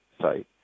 site